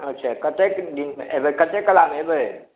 अच्छा कतेक दिन एबै कतेक कलामे एबै